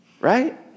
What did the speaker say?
right